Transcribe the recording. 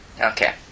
Okay